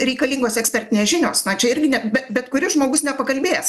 reikalingos ekspertinės žinios na čia irgi ne be bet kuris žmogus nepakalbės